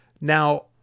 Now